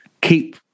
keep